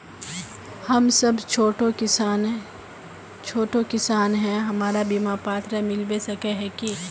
हम सब छोटो किसान है हमरा बिमा पात्र मिलबे सके है की?